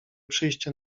przyjście